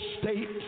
state